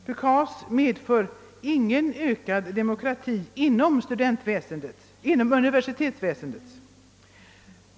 PUKAS medför ingen ökad demokrati inom universitetsväsendet.